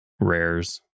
rares